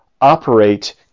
operate